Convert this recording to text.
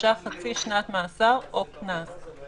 עונשה חצי שנת מאסר או קנס.